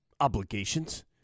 obligations